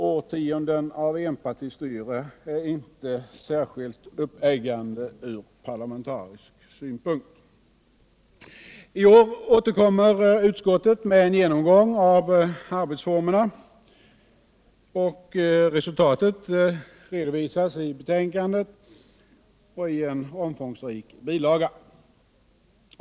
Årtionden av enpartistyre är inte särskilt uppeggande ur parlamentarisk synpunkt. I år återkommer utskottet med en genomgång av arbetsformerna, och resultatet redovisas i betänkandet och i en omfångsrik bilaga.